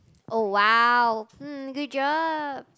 oh !wow! um good job